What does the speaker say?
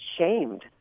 shamed